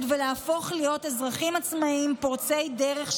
ולהפוך להיות אזרחים עצמאיים פורצי דרך,